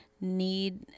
need